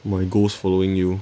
my ghost following you